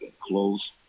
close